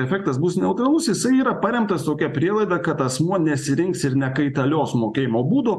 efektas bus neutralus jisai yra paremtas tokia prielaida kad asmuo nesirinks ir nekaitalios mokėjimo būdo